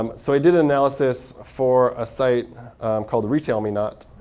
um so i did an analysis for a site called retailmenot.